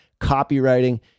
copywriting